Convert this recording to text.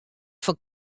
fan